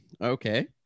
okay